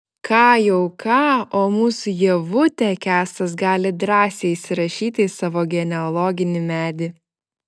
ką jau ką o mūsų ievutę kęstas gali drąsiai įsirašyti į savo genealoginį medį